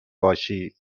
باشی